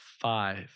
five